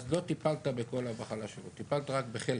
אז לא טיפלת בכל המחלה שלו, טיפלת רק בחלק.